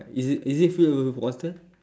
is it is it filled with water